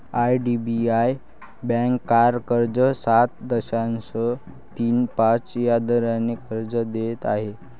IDBI bank car कर्ज सात दशांश तीन पाच या दराने कर्ज देत आहे